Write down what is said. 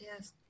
Yes